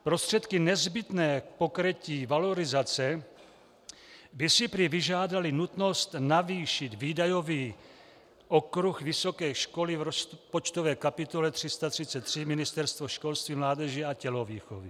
Prostředky nezbytné k pokrytí valorizace by si prý vyžádaly nutnost navýšit výdajový okruh vysoké školy v rozpočtové kapitole 333 Ministerstvo školství, mládeže a tělovýchovy.